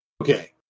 Okay